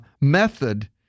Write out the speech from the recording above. method